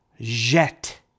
Jet